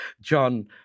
John